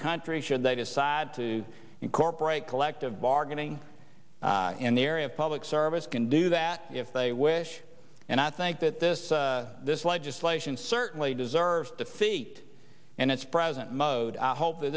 country should they decide to incorporate collective bargaining in the area of public service can do that if they wish and i think that this this legislation certainly deserves defeat in its present mode i hope that